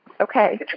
Okay